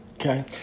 Okay